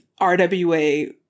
RWA